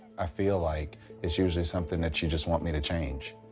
i feel like it's usually something that you just want me to change.